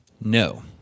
No